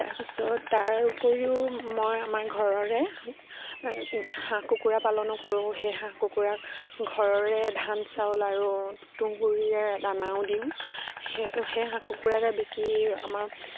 তাৰপিছত তাৰ উপৰিও মই আমাৰ ঘৰৰে হাঁহ কুকুৰা পালনো কৰোঁ সেই হাঁহ কুকুৰাক ঘৰৰে ধান চাউল আৰু তুঁহ গুৰিৰে দানাও দিওঁ সেই সেই হাঁহ কুকুৰাকে বিকি আমাৰ